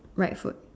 Grab food